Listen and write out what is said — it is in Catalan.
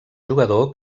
jugador